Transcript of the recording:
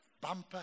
bumper